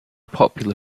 popular